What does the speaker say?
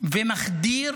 ומחדיר